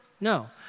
No